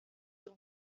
wild